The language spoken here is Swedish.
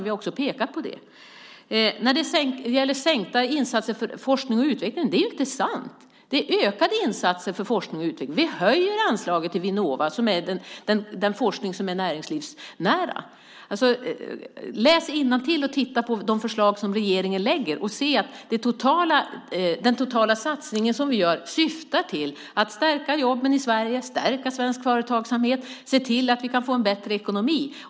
Vi har också pekat på det. När det gäller minskade insatser för forskning och utveckling: Det är inte sant! Vi ökar insatserna för forskning och utveckling. Vi höjer anslaget till Vinnova, som har den forskning som är näringslivsnära. Läs innantill och titta på de förslag som regeringen lägger fram och se att vår totala satsning syftar till att stärka jobben i Sverige, stärka svensk företagsamhet och se till att vi får en bättre ekonomi.